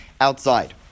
outside